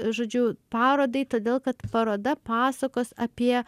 žodžiu parodai todėl kad paroda pasakos apie